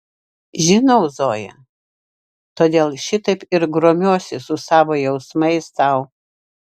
žinau zoja todėl šitaip ir grumiuosi su savo jausmais tau